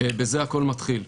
בזה הכול מתחיל.